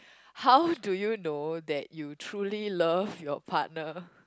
how do you know that you truly love your partner